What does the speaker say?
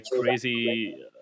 crazy